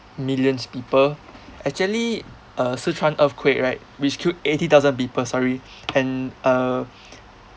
millions people actually uh sichuan earthquake right which killed eighty thousand people sorry and uh